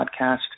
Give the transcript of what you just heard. podcast